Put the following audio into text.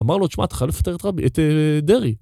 אמר לו, תשמע, תחלף את דרעי